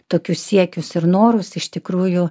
tokius siekius ir norus iš tikrųjų